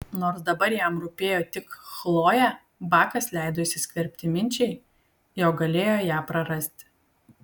nors dabar jam rūpėjo tik chlojė bakas leido įsiskverbti minčiai jog galėjo ją prarasti